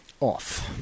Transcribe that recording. off